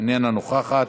איננה נוכחת.